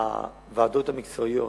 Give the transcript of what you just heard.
הוועדות המקצועיות,